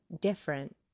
different